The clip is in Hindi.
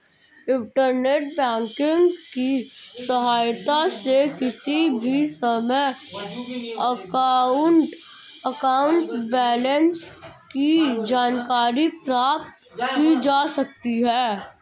इण्टरनेंट बैंकिंग की सहायता से किसी भी समय अकाउंट बैलेंस की जानकारी प्राप्त की जा सकती है